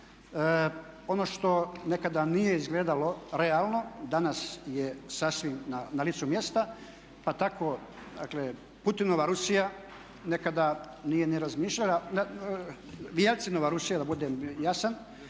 Ono što nekada nije zgledalo realno danas je sasvim na licu mjesta pa tako Putinova Rusija nekada nije ni razmišljala, Jeljcinova Rusija da budem jasan,